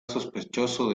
sospechoso